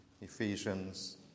Ephesians